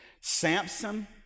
Samson